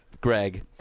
Greg